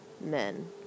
men